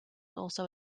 also